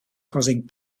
causing